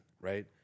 right